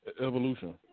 Evolution